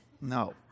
No